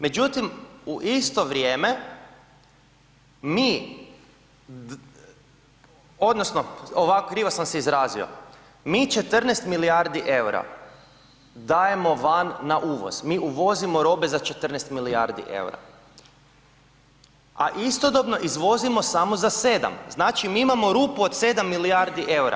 Međutim u isto vrijeme mi odnosno ovako krivo sam se izrazio, mi 14 milijardi eura dajemo van na uvoz, mi uvozimo robe za 14 milijardi eura, a istodobno izvozimo samo za 7, znači mi imamo rupu od 7 milijardi eura.